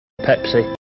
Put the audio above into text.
Pepsi